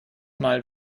mal